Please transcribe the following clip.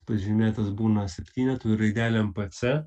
pažymėtas būna septynetu ir raidelėm pc